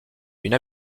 une